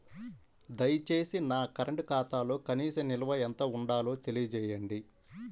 దయచేసి నా కరెంటు ఖాతాలో కనీస నిల్వ ఎంత ఉండాలో తెలియజేయండి